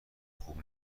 خوب